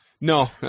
No